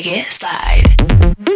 slide